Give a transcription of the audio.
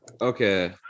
Okay